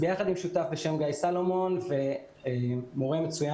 יחד עם שותף גיא סלומון ומורה מצוין